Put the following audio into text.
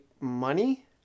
money